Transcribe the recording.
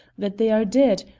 that they are dead,